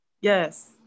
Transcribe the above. Yes